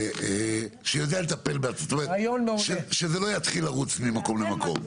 יעיל שיודע לטפל, ושזה לא יתחיל לרוץ ממקום למקום.